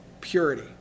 purity